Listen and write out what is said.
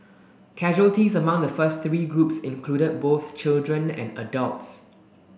casualties among the first three groups included both children and adults